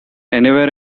anywhere